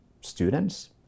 students